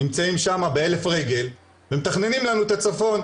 נמצאים שם באלף רגל ומתכננים לנו את הצפון,